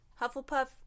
Hufflepuff